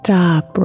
Stop